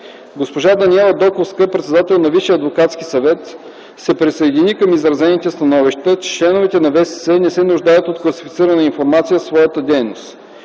Госпожа Даниела Доковска – председател на Висшия адвокатски съвет, се присъедини към изразените становища, че членовете на ВСС не се нуждаят от класифицирана информация в своята дейност.